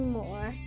more